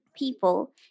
People